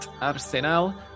arsenal